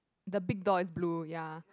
the big door is blue ya